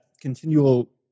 continual